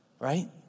Right